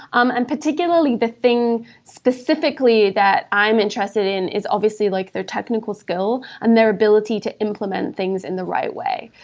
um and particularly, the thing specifically that i'm interested in is obviously like their technical skill and their ability to implement things in the right way.